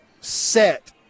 set